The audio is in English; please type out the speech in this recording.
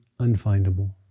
unfindable